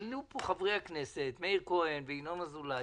העלו פה חברי הכנסת מאיר כהן וינון אזולאי